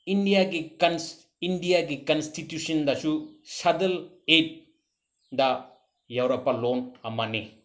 ꯏꯟꯗꯤꯌꯥꯒꯤ ꯏꯟꯗꯤꯌꯥꯒꯤ ꯀꯟꯁꯇꯤꯇ꯭ꯌꯨꯁꯟꯗꯁꯨ ꯁꯗ꯭ꯌꯨꯜ ꯑꯦꯛꯗ ꯌꯥꯎꯔꯛꯄ ꯂꯣꯟ ꯑꯃꯅꯤ